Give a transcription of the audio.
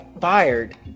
fired